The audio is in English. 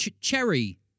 cherry